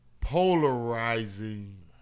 polarizing